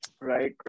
right